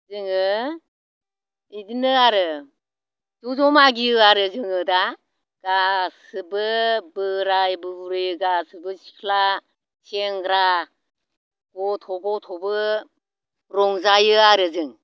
जोङो इदिनो आरो ज' ज' मागियो आरो जोङो दा गासैबो बोराय बुरै गासैबो सिख्ला सेंग्रा गथ' गथ'बो रंजायो आरो जों